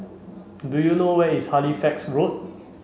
do you know where is Halifax Road